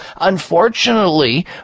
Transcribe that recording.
Unfortunately